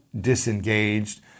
disengaged